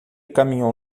caminhou